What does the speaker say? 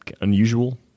unusual